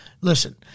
listen